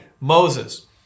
Moses